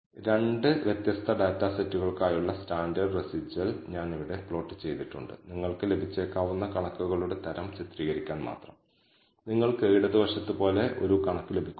മോഡലിൽ ഉപയോഗിച്ചിരിക്കുന്ന വ്യത്യസ്ത പാരാമീറ്ററുകൾ കാരണം SST എന്ന ന്യൂമറേറ്ററിന് n 1 ഡിഗ്രി ഫ്രീഡമുണ്ടെന്ന് നമ്മൾ കണക്കിലെടുക്കേണ്ടതുണ്ട് കാരണം നമ്മൾ ഒരു പാരാമീറ്റർ മാത്രമേ ഫിറ്റ് ചെയ്യുന്നുള്ളൂ ഇതിന് n 2 ഫ്രീഡമുമുണ്ട് കാരണം നിങ്ങൾ 2 പാരാമീറ്ററുകൾ ഫിറ്റ് ചെയ്യുന്നു